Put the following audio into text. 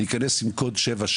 להיכנס עם קוד 77,